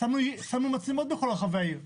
שמנו מצלמות בכל רחבי העיר.